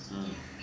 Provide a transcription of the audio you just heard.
hmm